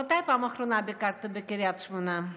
ומתי בפעם האחרונה ביקרתם בקריית שמונה,